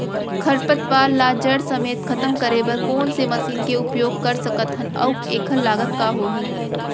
खरपतवार ला जड़ समेत खतम करे बर कोन से मशीन के उपयोग कर सकत हन अऊ एखर लागत का होही?